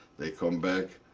they come back,